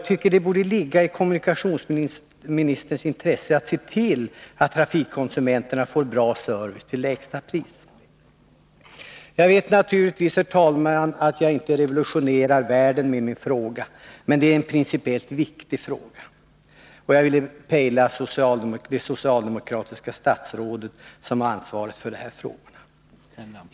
Det borde ligga i kommunikationsministerns intresse att se till att trafikkonsumenterna får bra service till lägsta pris. Jag vet naturligtvis, herr talman, att jag inte revolutionerar världen med min fråga, men det är en principiellt viktig fråga, och jag ville pejla det socialdemokratiska statsrådet som har ansvaret för dessa frågor.